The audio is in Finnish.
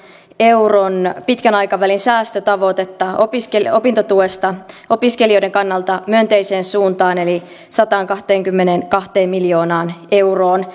euron pitkän aikavälin säästötavoitetta opintotuesta opiskelijoiden kannalta myönteiseen suuntaan eli sataankahteenkymmeneenkahteen miljoonaan euroon